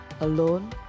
Alone